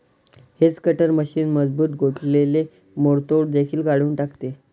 hedge cutter machine मजबूत गोठलेले मोडतोड देखील काढून टाकते